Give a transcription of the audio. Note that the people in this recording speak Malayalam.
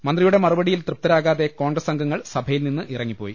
മന്ത്രിയുടെ മറുപടിയിൽ തൃപ്തരാകാതെ കോൺഗ്രസ് അംഗങ്ങൾ സഭയിൽ നിന്നിറങ്ങിപ്പോയി